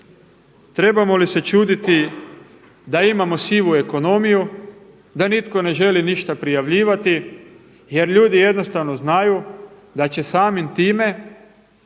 trebamo li se čuditi da imamo sivu ekonomiju, da nitko ne želi ništa prijavljivati jer ljudi jednostavno znaju da će samim time